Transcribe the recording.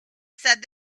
said